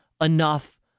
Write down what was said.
enough